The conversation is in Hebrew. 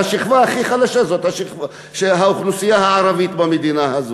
השכבה הכי חלשה זאת השכבה של האוכלוסייה הערבית במדינה הזאת.